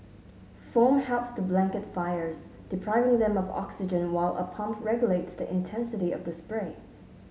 foam helps to blanket fires depriving them of oxygen while a pump regulates the intensity of the spray